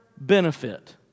benefit